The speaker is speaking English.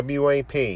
wap